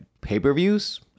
pay-per-views